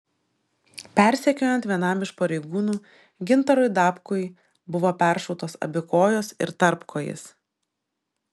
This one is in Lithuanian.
persekiojant vienam iš pareigūnų gintarui dabkui buvo peršautos abi kojos ir tarpkojis